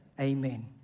amen